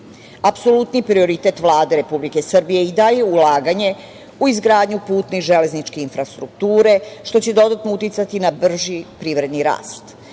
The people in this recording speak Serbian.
krize. Apsolutni prioritet Vlade Republike Srbije i dalja ulaganja u izgradnju putne i železničke infrastrukture, što će dodatno uticati na brži privredni rast. Isto